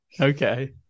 Okay